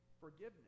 forgiveness